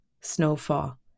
snowfall